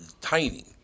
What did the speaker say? tiny